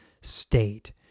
state